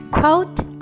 quote